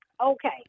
Okay